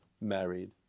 married